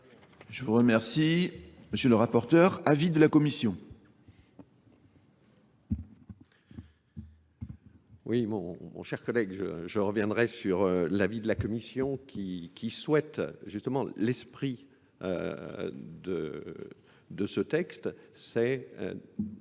Je vous remercie, monsieur le rapporteur, avis de la Commission. Oui, mon cher collègue, je reviendrai sur l'avis de la Commission qui souhaite justement l'esprit de ce texte, c'est